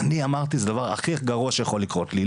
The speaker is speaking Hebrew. ואני אמרתי זה הדבר הכי גרוע שיכול לקרות לי.